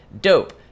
dope